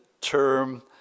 term